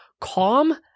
calm